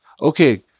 Okay